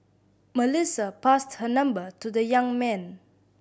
Melissa passed her number to the young man